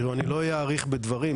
אני לא אאריך בדברים,